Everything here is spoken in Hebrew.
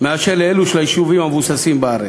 מאשר לאלו של היישובים המבוססים בארץ.